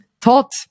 taught